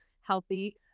healthy